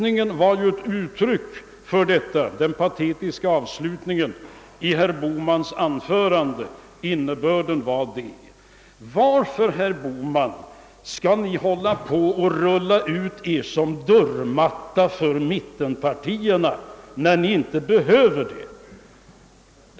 Innebörden i den patetiska avslutningen i herr Bohmans anförande var ett uttryck härför. Varför, herr Bohman, skall ni i högern rulla ut er som dörrmatta för mittenpartierna när ni inte behöver det?